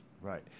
Right